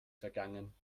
vergangen